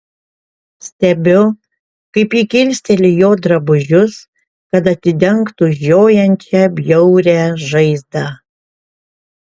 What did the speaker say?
stebiu kaip ji kilsteli jo drabužius kad atidengtų žiojančią bjaurią žaizdą